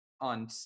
on